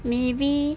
maybe